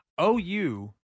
OU